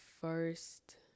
first